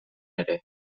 ere